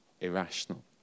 irrational